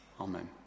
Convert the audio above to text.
Amen